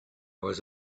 was